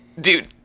Dude